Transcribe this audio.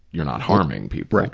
you're not harming people.